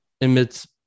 emits